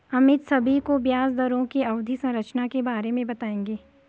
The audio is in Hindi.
अमित सभी को ब्याज दरों की अवधि संरचना के बारे में बताएंगे